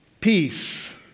peace